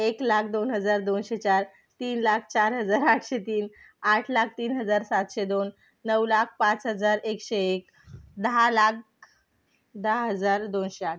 एक लाख दोन हजार दोनशे चार तीन लाख चार हजार आठशे तीन आठ लाख तीन हजार सातशे दोन नऊ लाख पाच हजार एकशे एक दहा लाख दहा हजार दोनशे आठ